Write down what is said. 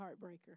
heartbreaker